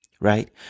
Right